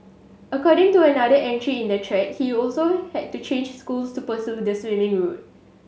according to another entry in the thread he also had to change schools to pursue the swimming route